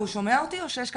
יש לנו